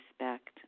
respect